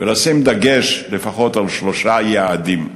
ולשים דגש לפחות על שלושה יעדים: